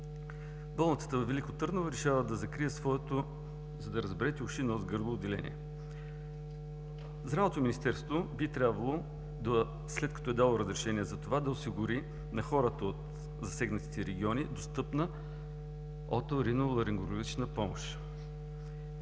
Болницата във Велико Търново решава да закрие своето – за да разберете – „Уши, нос, гърло” отделение. Здравното министерство би трябвало, след като е дало разрешение за това, да осигури на хората от засегнатите региони достъпна оториноларингологична помощ.